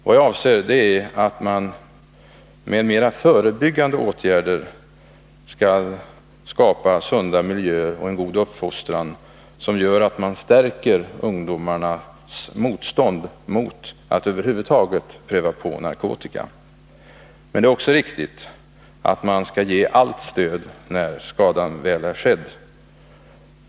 Vad jag avser är att man med mer av förebyggande åtgärder skall åstadkomma sunda miljöer och en god uppfostran, som gör att man stärker ungdomarnas motstånd mot att över huvud taget pröva på narkotika. Men det är också viktigt att ge allt stöd när skadan väl är skedd.